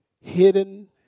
hidden